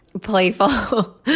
playful